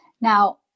Now